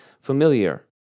familiar